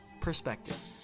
perspective